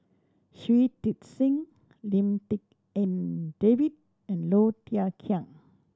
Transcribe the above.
Shui Tit Sing Lim Tik En David and Low Thia Khiang